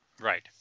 Right